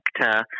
sector